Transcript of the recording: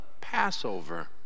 Passover